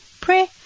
pray